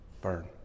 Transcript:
burn